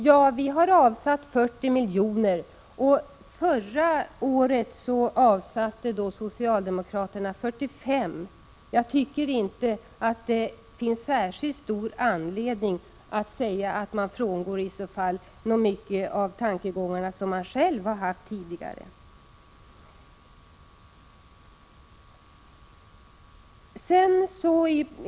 Ja, vi har avsatt 40 miljoner för detta ändamål, och socialdemokraterna avsatte förra året 45 miljoner Jag tycker alltså inte att det finns särskilt stor anledning att hävda att vi här frångår särskilt mycket av de tankegångar som socialdemokraterna tidigare själva har haft.